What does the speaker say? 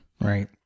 Right